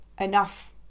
enough